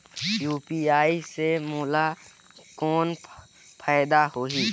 UPI से मोला कौन फायदा होही?